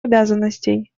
обязанностей